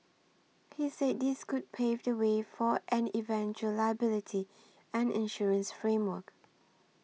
he say this could pave the way for an eventual liability and insurance framework